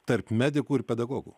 tarp medikų ir pedagogų